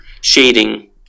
shading